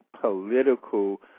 political